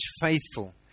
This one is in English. faithful